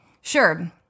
sure